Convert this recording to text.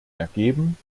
ergeben